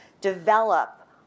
develop